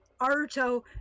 Aruto